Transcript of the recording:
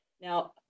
Now